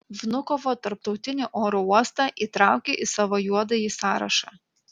vnukovo tarptautinį oro uostą įtraukė į savo juodąjį sąrašą